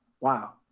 Wow